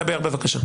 דבר במילה אחת.